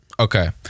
okay